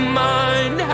mind